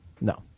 No